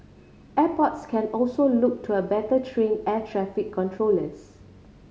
airports can also look to a better train air traffic controllers